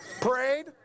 parade